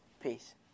Peace